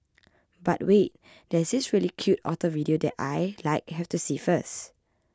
but wait there's this really cute otter video that I like have to see first